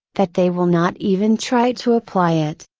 that they will not even try to apply it.